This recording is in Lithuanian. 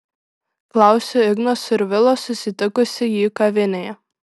klausiu igno survilos susitikusi jį kavinėje